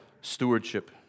stewardship